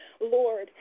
lord